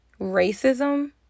racism